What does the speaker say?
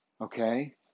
okay